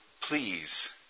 please